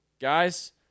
guys